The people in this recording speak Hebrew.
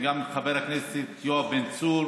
גם את חבר הכנסת יואב בן צור,